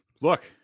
Look